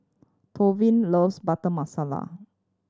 Tavion loves Butter Masala